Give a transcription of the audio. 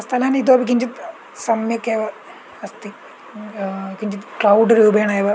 स्थलानि इतोपि किञ्चित् सम्यगेव अस्ति किञ्चित् क्लौड् रूपेण एव